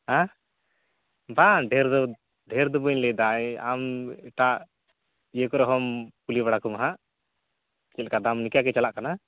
ᱦᱮᱸ ᱵᱟᱝ ᱰᱷᱮᱨ ᱫᱚ ᱰᱷᱮᱨ ᱫᱚ ᱵᱟᱹᱧ ᱞᱟᱹᱭ ᱮᱫᱟ ᱟᱢ ᱮᱴᱟᱜ ᱤᱭᱟᱹ ᱠᱚᱨᱮ ᱦᱚᱢ ᱠᱩᱞᱤ ᱵᱟᱲᱟ ᱠᱚᱢ ᱦᱟᱸᱜ ᱪᱮᱫ ᱞᱮᱠᱟ ᱫᱟᱢ ᱱᱤᱝᱠᱟᱹ ᱜᱮ ᱪᱟᱞᱟᱜ ᱠᱟᱱᱟ